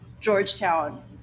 Georgetown